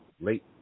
late